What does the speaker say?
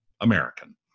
American